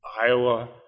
Iowa